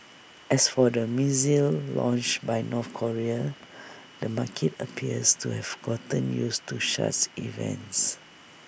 as for the missile launch by North Korea the market appears to have gotten used to such events